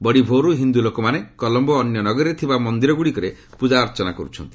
ବଡ଼ିଭୋରୁ ହିନ୍ଦୁ ଲୋକମାନେ କଲମ୍ବୋ ଓ ଅନ୍ୟ ନଗରୀରେ ଥିବା ମନ୍ଦିରଗୁଡ଼ିକରେ ପ୍ରଜାର୍ଚ୍ଚନା କରୁଛନ୍ତି